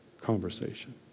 conversation